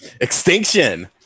Extinction